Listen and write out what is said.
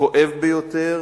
כואב ביותר